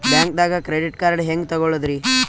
ಬ್ಯಾಂಕ್ದಾಗ credit card ಹೆಂಗ್ ತಗೊಳದ್ರಿ?